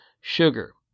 sugar